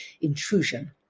intrusion